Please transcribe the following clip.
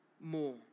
more